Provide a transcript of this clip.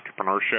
entrepreneurship